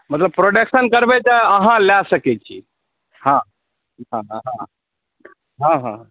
मतलब प्रोडॅक्शन करबै तऽ अहाँ लय सकै छी हॅं हॅं हॅं हॅं हॅं हॅं